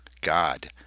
God